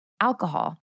alcohol